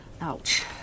Ouch